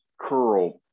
curl